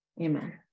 Amen